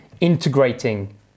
integrating